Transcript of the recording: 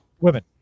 Women